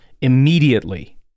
immediately